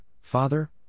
Father